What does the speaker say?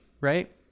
Right